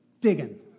digging